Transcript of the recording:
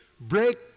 break